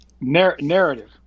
narrative